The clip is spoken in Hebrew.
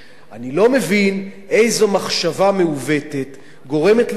אני לא מבין איזו מחשבה מעוותת גורמת לכך